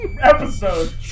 episode